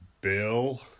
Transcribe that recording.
Bill